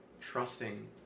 trusting